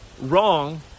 wrong